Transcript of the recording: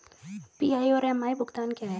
PI और M I भुगतान क्या हैं?